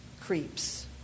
creeps